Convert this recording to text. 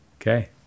Okay